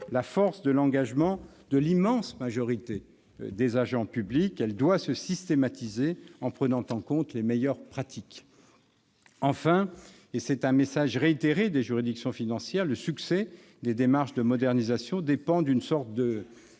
la force de l'engagement de l'immense majorité des agents publics. Elle doit être systématisée en prenant en compte les meilleures pratiques. Enfin, et c'est un message réitéré des juridictions financières, le succès des démarches de modernisation dépend d'une sorte de